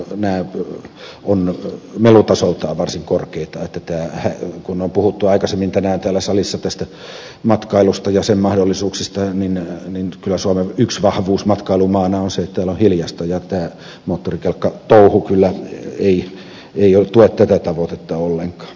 sen lisäksi nämä ovat melutasoltaan varsin korkeita ja kun on puhuttu tänään aikaisemmin täällä salissa matkailusta ja sen mahdollisuuksista niin kyllä suomen yksi vahvuus matkailumaana on se että täällä on hiljaista ja tämä moottorikelkkatouhu kyllä ei tue tätä tavoitetta ollenkaan